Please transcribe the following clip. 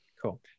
Cool